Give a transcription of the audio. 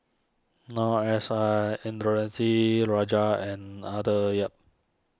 Noor S I Rajah and Arthur Yap